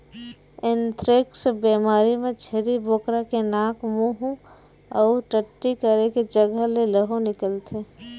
anthrax बेमारी म छेरी बोकरा के नाक, मूंह अउ टट्टी करे के जघा ले लहू निकलथे